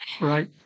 Right